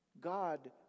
God